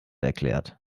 erklärt